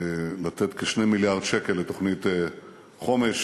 לתת כ-2 מיליארד שקלים לתוכנית חומש